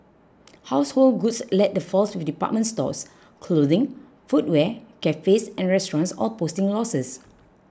household goods led the falls with department stores clothing footwear cafes and restaurants all posting losses